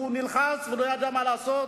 הוא נלחץ ולא ידע מה לעשות,